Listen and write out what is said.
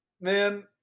Man